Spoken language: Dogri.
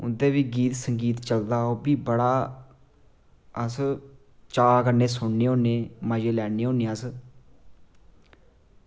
उंदे बी गीत संगीत चलदा उंदे बी बड़ा अस चा कन्नै सुनने होन्ने मज़े लैन्ने होन्ने अस